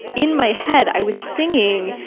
in my head, i was singing.